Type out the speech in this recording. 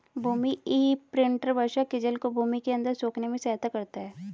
भूमि imprinter वर्षा के जल को भूमि के अंदर सोखने में सहायता करता है